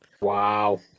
Wow